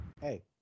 hey